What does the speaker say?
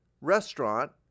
restaurant